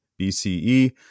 BCE